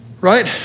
Right